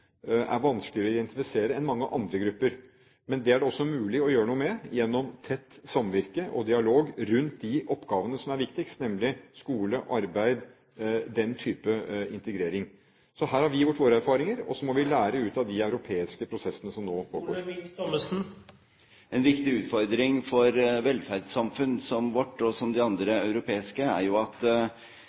er vanskeligere å identifisere enn for mange andre grupper. Men det er det også mulig å gjøre noe med gjennom tett samvirke og dialog rundt de oppgavene som er viktigst – nemlig skole, arbeid, den type integrering. Så her har vi gjort våre erfaringer, og så må vi lære av de europeiske prosessene som nå … En viktig utfordring for velferdssamfunn som vårt og som de andre europeiske er at